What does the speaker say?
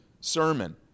sermon